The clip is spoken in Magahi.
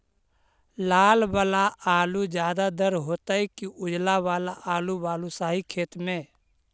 लाल वाला आलू ज्यादा दर होतै कि उजला वाला आलू बालुसाही खेत में?